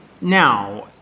now